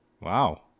wow